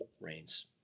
reigns